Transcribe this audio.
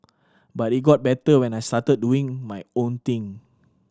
but it got better when I started doing my own thing